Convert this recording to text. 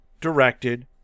directed